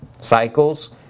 cycles